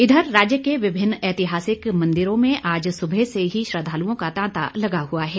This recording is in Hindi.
इधर राज्य के विभिन्न ऐतिहासिक मंदिरों में आज सुबह से ही श्रद्वालुओं का तांता लगा हुआ है